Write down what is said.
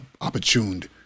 opportuned